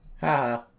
Haha